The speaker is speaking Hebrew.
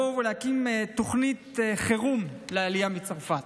לבוא ולהקים תוכנית חירום לעלייה מצרפת.